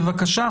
בבקשה,